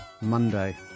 monday